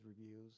reviews